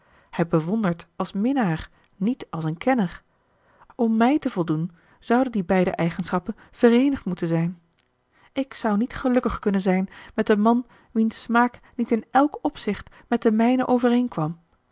hij bewondert als minnaar niet als een kenner om mij te voldoen zouden die beide eigenschappen vereenigd moeten zijn ik zou niet gelukkig kunnen zijn met een man wiens smaak niet in elk opzicht met den mijne overeenkwam